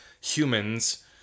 humans